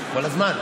כל הזמן.